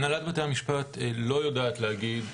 הנהלת בתי המשפט לא יודעת להגיד,